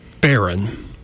Baron